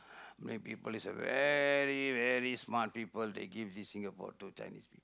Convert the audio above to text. Malay people is a very very smart people they give this Singapore to Chinese people